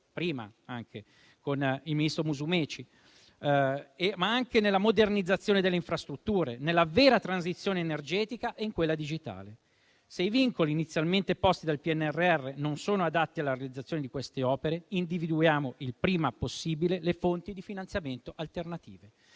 prima con il ministro Musumeci, ma anche nella modernizzazione delle infrastrutture, nella vera transizione energetica e in quella digitale. Se i vincoli inizialmente posti dal PNRR non sono adatti alla realizzazione di queste opere, individuiamo il prima possibile le fonti di finanziamento alternative,